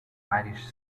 irish